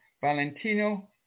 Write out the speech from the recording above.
Valentino